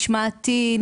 משמעתי,